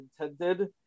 intended